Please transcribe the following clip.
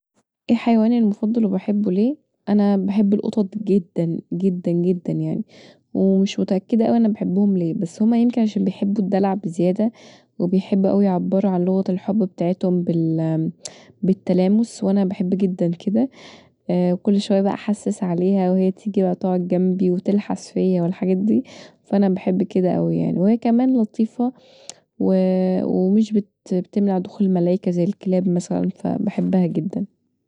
ايه حيواني المفضل وبحبه ليه؟ أنا بحب القطط جدا جدا جدا يعني ومش متأكده اوي انا بحبهم ليه بس يمكن عشان هما بيحبوا الدلع بزياده وبيحبوا اوي يعبروا عن لغة الحب بتاعتهم بالتلامس وانا بحب جدا كدا كل شويه بقي احسس عليها وهي تيجي بقي تقعد جنبي وتلحس فيا والحاجات دي وفأنا بحب كدا أوي وهي كمان لطيفه ومش بتمنع دخول الملايكه زي الكلاب مثلا فبحبها جدا